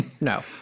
no